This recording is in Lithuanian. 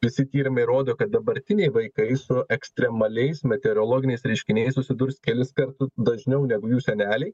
visi tyrimai rodo kad dabartiniai vaikai su ekstremaliais meteorologiniais reiškiniais susidurs keliskart dažniau negu jų seneliai